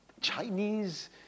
Chinese